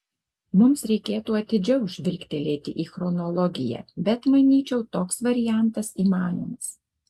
mums reikėtų atidžiau žvilgtelėti į chronologiją bet manyčiau toks variantas įmanomas